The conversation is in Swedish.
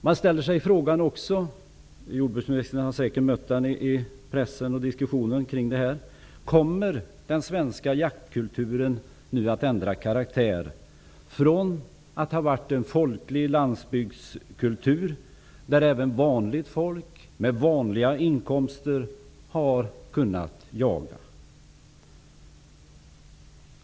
Man ställer sig också frågan -- jordbruksministern har säkert mött den i pressen och i diskussionen -- om den svenska jaktkulturen kommer att ändra karaktär. Den har utgjort en folklig landsbygdskultur där även vanligt folk med vanliga inkomster har kunnat jaga.